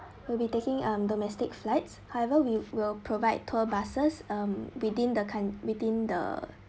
we'll be taking um domestic flights however we will provide tour buses um within the within the